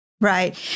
Right